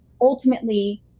ultimately